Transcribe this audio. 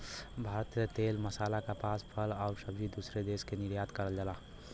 भारत से तेल मसाला कपास फल आउर सब्जी दूसरे देश के निर्यात करल जाला